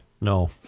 No